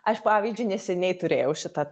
aš pavyzdžiui neseniai turėjau šitą